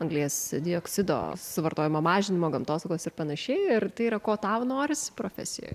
anglies dioksido suvartojimo mažinimo gamtosaugos ir panašiai ir tai yra ko tau noris profesijoj